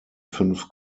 fünf